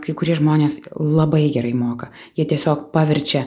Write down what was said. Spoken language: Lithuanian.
kai kurie žmonės labai gerai moka jie tiesiog paverčia